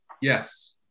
Yes